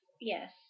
Yes